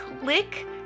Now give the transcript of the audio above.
click